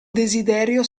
desiderio